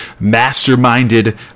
masterminded